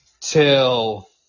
till